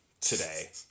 today